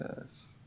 Yes